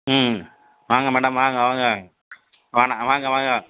ம் வாங்க மேடம் வாங்க வாங்க வண வாங்க வாங்க